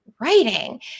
writing